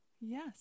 Yes